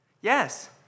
Yes